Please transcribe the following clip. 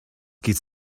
geht